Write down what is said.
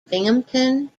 binghamton